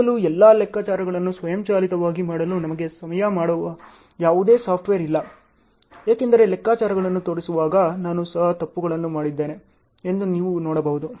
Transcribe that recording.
ಈಗಲೂ ಎಲ್ಲಾ ಲೆಕ್ಕಾಚಾರಗಳನ್ನು ಸ್ವಯಂಚಾಲಿತವಾಗಿ ಮಾಡಲು ನಮಗೆ ಸಹಾಯ ಮಾಡುವ ಯಾವುದೇ ಸಾಫ್ಟ್ವೇರ್ ಇಲ್ಲ ಏಕೆಂದರೆ ಲೆಕ್ಕಾಚಾರಗಳನ್ನು ತೋರಿಸುವಾಗ ನಾನು ಸಹ ತಪ್ಪುಗಳನ್ನು ಮಾಡಿದ್ದೇನೆ ಎಂದು ನೀವು ನೋಡಬಹುದು